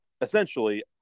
essentially